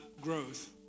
growth